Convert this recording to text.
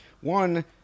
one